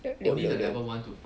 六六六